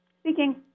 Speaking